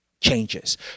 changes